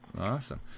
awesome